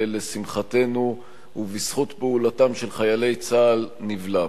ולשמחתנו ובזכות פעולתם של חיילי צה"ל נבלם.